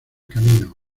camino